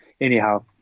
anyhow